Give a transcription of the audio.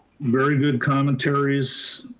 very good commentaries.